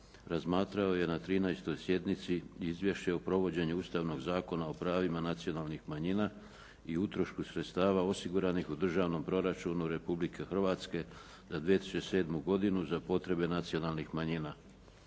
razmatrao je na 13. sjednici Izvješće o provođenju Ustavnog zakona o pravima nacionalnih manjina i utrošku sredstava osiguranih u Državnom proračunu Republike Hrvatske za 2007. godinu za potrebe nacionalnih manjina.